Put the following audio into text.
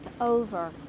over